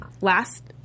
last